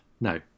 No